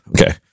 Okay